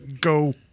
go